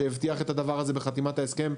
שהבטיח את הדבר הזה בחתימת ההסכם,